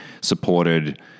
supported